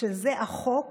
שזה החוק